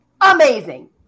amazing